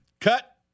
Cut